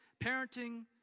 Parenting